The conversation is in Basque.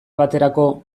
baterako